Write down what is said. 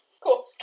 Cool